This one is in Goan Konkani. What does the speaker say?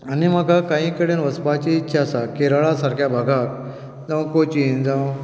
आनी म्हाका कांय कडेन वचपाची इत्सा आसा केरळा सारक्या भागांत जावं कोचीन